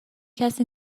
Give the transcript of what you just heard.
کسی